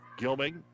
Gilming